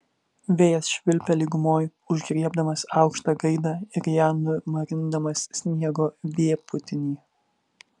vėjas švilpia lygumoj užgriebdamas aukštą gaidą ir ją numarindamas sniego vėpūtiny